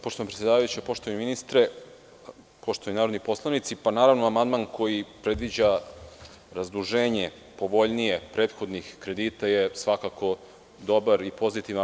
Poštovana predsedavajuća, poštovani ministre, poštovani narodni poslanici, amandman koji predviđa razduženje povoljnije prethodnih kredita je svakako dobar i pozitivan.